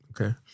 Okay